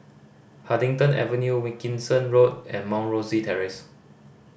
Huddington Avenue Wilkinson Road and Mount Rosie Terrace